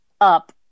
up